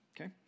Okay